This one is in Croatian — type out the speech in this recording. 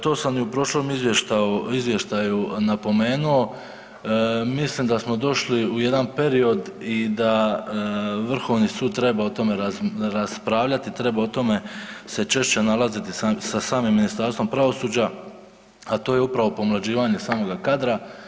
To sam i u prošlom izvještaju napomenuo, mislim da smo došli u jedan period i da Vrhovni sud treba o tome raspravlja, treba o tome se češće nalaziti sa samim Ministarstvom pravosuđa, a to je upravo pomlađivanje samoga kadra.